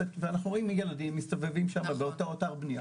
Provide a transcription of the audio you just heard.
ואנחנו רואים ילדים שמסתובבים באתרי בנייה,